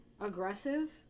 Aggressive